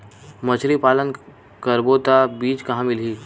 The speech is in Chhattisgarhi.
मछरी पालन करबो त बीज कहां मिलही?